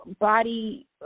body